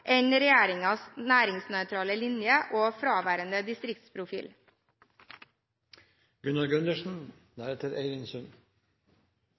enn regjeringens næringsnøytrale linje og fraværende